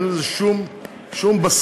אין לזה שום בסיס.